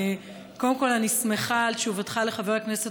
קודם כול אני שמחה על תשובתך לחבר הכנסת